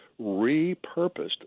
repurposed